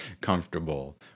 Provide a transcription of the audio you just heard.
comfortable